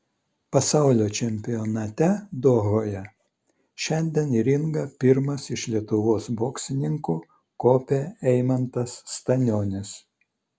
pasaulio čempionate dohoje šiandien į ringą pirmas iš lietuvos boksininkų kopė eimantas stanionis